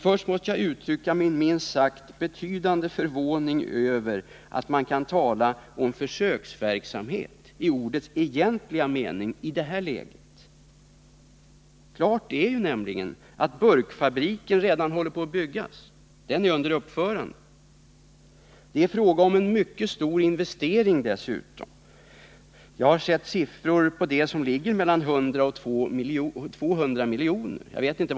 Först måste jag få ge uttryck för min minst sagt betydande förvåning över att man i det här läget kan tala om försöksverksamhet i ordets egentliga mening. Klart är ju nämligen att burkfabriken redan är under uppförande. Det är dessutom fråga om en mycket stor investering. Jag har sett siffror på mellan 100 och 200 milj.kr.